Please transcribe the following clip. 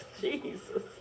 Jesus